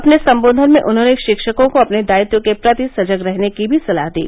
अपने सम्बोधन में उन्होंने शिक्षकों को अपने दायित्व के प्रति सजग रहने की सलाह भी दी